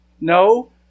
No